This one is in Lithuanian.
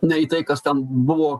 ne į tai kas ten buvo